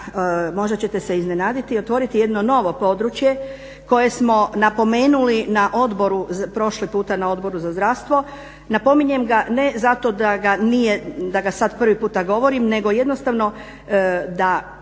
možda ćete se iznenaditi, otvoriti jedno novo područje koje smo napomenuli prošli puta na Odboru za zdravstvo, napominjem ga ne zato da ga sad prvi puta govorim nego jednostavno da